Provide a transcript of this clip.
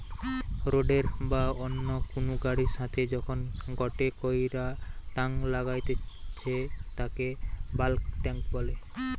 রোডের বা অন্য কুনু গাড়ির সাথে যখন গটে কইরা টাং লাগাইতেছে তাকে বাল্ক টেংক বলে